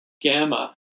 gamma